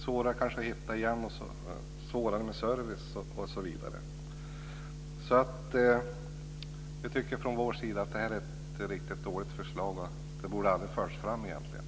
Det kan blir svårare att hitta rätt och svårare med service osv. Vi tycker från vår sida att det är ett riktigt dåligt förslag. Det borde egentligen aldrig ha förts fram.